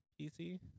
PC